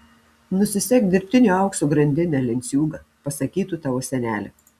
nusisek dirbtinio aukso grandinę lenciūgą pasakytų tavo senelė